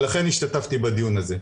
ולכן השתתפתי בדיון הזה.